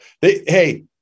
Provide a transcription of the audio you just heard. Hey